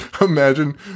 Imagine